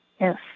Yes